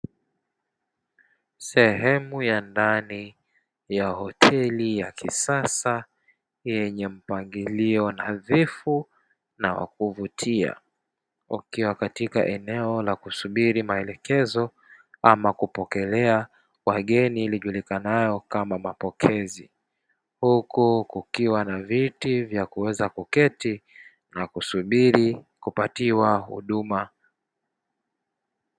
Sehemu ya ndani ya hoteli ya kisasa yenye mpangilio nadhifu na wa kuvutia. Ukiwa katika eneo la kusubiri maelekezo ama kupokelea wageni lijulikanalo kama mapokezi huku kukiwa na viti vya kuweza kuketi na kusubiri kupatiwa huduma.